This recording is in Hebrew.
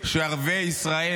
ערביי ישראל,